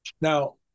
Now